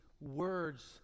words